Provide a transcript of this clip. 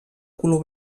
color